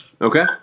Okay